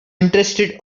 interested